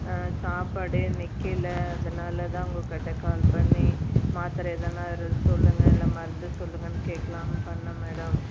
சாப்பாடே நிற்கல அதனால் தான் உங்கக்கிட்ட கால் பண்ணி மாத்திர எதன்னா இரு சொல்லுங்கள் இல்லை மருந்து சொல்லுங்கன்னு கேட்கலான்னு பண்ணேன் மேடம்